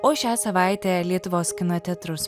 o šią savaitę lietuvos kino teatrus